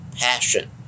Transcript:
passion